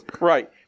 Right